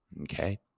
Okay